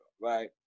right